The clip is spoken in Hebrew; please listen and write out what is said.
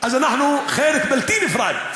אז אנחנו חלק בלתי נפרד,